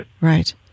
Right